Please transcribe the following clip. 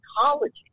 psychology